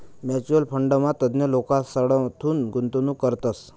mutual फंडमा तज्ञ लोकेसकडथून गुंतवणूक करतस